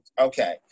Okay